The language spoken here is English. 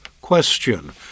Question